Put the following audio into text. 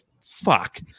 fuck